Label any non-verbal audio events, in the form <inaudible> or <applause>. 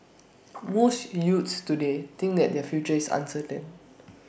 <noise> most youths today think that their future is uncertain